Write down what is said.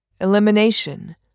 Elimination